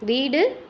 வீடு